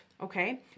Okay